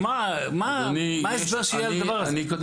מה ההסבר שיהיה על הדבר הזה?